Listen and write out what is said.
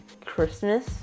Christmas